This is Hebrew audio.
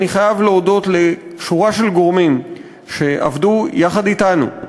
אני חייב להודות לשורה של גורמים שעבדו יחד אתנו,